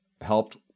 helped